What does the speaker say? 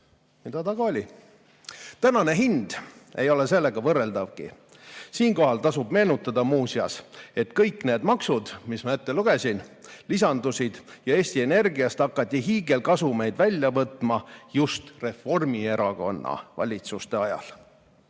Seda ta ka oli. Tänane hind ei ole sellega võrreldavgi. Siinkohal tasub meenutada, muuseas, et kõik need maksud, mis ma ette lugesin, lisandusid ja Eesti Energiast hakati hiigelkasumeid välja võtma just Reformierakonna valitsuste ajal. Täna